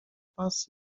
pas